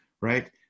right